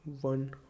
One